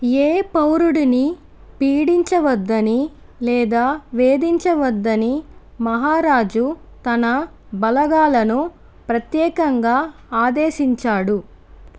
ఏ పౌరుడిని పీడించవద్దని లేదా వేధించవద్దని మహారాజు తన బలగాలను ప్రత్యేకంగా ఆదేశించాడు